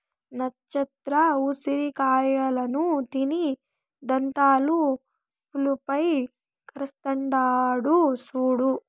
నచ్చత్ర ఉసిరి కాయలను తిని దంతాలు పులుపై కరస్తాండాడు సూడు